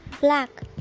Black